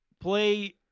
play